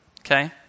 okay